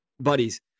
buddies